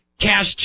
cash